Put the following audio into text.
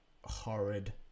horrid